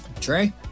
Trey